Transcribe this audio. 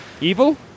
evil